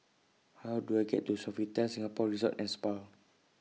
How Do I get to Sofitel Singapore Resort and Spa